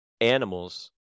animals